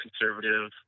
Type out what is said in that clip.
conservative